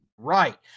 Right